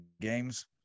games